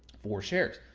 four shares.